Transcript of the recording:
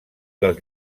dels